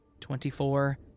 Twenty-four